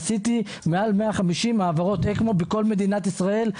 עשיתי מעל 150 העברות אקמו בכל מדינת ישראל,